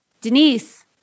denise